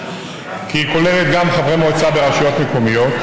כי היא כוללת גם חברי מועצה ברשויות מקומיות.